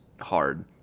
hard